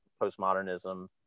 postmodernism